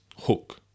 hook